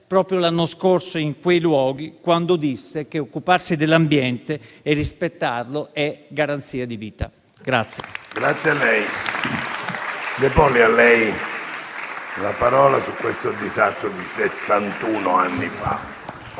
proprio l'anno scorso in quei luoghi, quando disse che «occuparsi dell'ambiente, rispettarlo, è garanzia di vita».